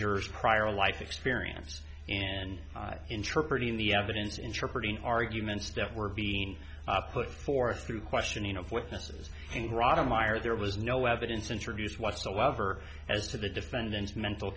jurors prior life experience and interpret in the evidence interpreting arguments that were being put forth through questioning of witnesses rodemeyer there was no evidence introduced whatsoever as to the defendant's mental